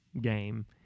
game